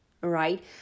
right